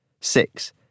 Six